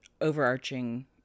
overarching